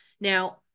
Now